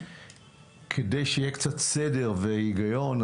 כדי שיהיה קצת סדר והיגיון,